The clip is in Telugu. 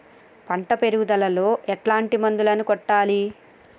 పంట పెరుగుదలలో ఎట్లాంటి మందులను కొట్టాలి?